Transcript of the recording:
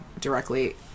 directly